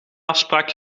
afspraak